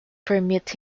permit